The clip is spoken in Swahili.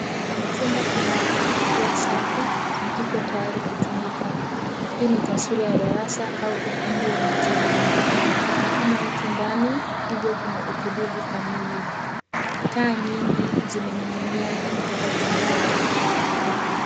Chumba kinaonekana kuwa safi, na kiko tayari kutumika. Hii ni taswira ya darasa, au ukumbi wa mitihani. Hakuna mtu ndani, hivyo kuna utulivu kamili. Taa nyingi, zimening'inia, kutoka kwenye dari.